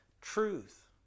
truth